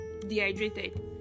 dehydrated